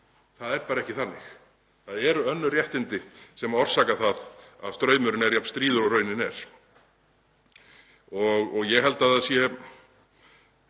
það er bara ekki þannig. Það eru önnur réttindi sem orsaka það að straumurinn er jafn stríður og raunin er. Okkur ber beinlínis